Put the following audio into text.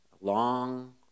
long